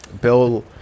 Bill